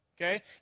Okay